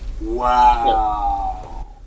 Wow